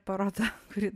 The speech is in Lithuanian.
paroda kuri